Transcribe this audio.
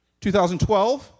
2012